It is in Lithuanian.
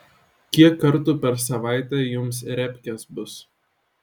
kiek kartų per savaitę jums repkės bus